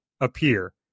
appear